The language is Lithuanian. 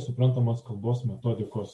suprantamos kalbos metodikos